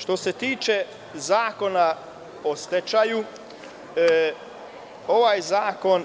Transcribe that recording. Što se tiče Zakona o stečaju, ovaj zakon